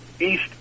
east